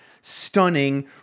stunning